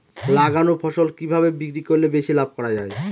লাগানো ফসল কিভাবে বিক্রি করলে বেশি লাভ করা যায়?